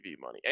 money